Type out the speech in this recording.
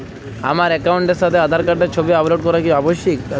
আমার অ্যাকাউন্টের সাথে আধার কার্ডের ছবি আপলোড করা কি আবশ্যিক?